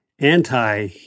anti-